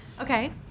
Okay